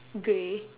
grey